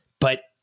But-